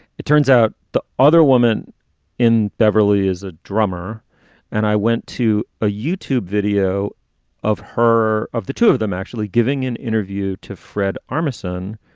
it turns out the other woman in beverly is a drummer and i went to a youtube video of her of the two of them actually giving an interview to fred armisen,